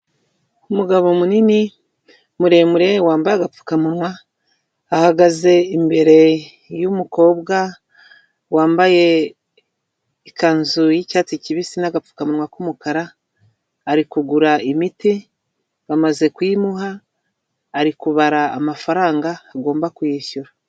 Umugabo munini muremure wambaye agapfukamunwa, ahagaze imbere y'umukobwa wambaye ikanzu y'icyatsi kibisi n'agapfukamunwa k'umukara. Ari kugura imiti bamaze kuyimuha ari kubara amafaranga agomba kuyishyura.